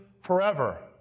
forever